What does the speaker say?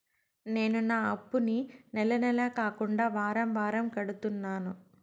నేను నా అప్పుని నెల నెల కాకుండా వారం వారం కడుతున్నాను